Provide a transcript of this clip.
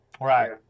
Right